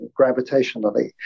gravitationally